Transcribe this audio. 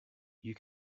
you